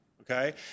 okay